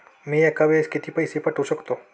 मी एका वेळेस किती पैसे पाठवू शकतो?